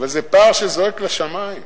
אבל זה פער שזועק לשמים.